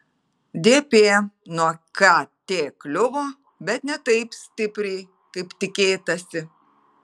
dp nuo kt kliuvo bet ne taip stipriai kaip tikėtasi